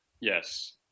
Yes